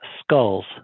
skulls